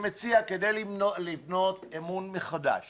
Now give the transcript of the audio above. כדי לבנות אמון מחדש